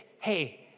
hey